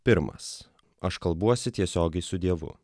pirmas aš kalbuosi tiesiogiai su dievu